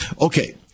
Okay